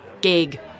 gig